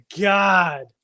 God